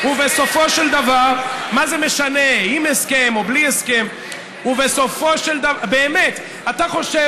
ובסופו של דבר, בלי הסכם, מה זה משנה?